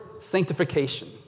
sanctification